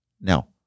Now